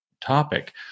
topic